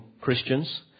Christians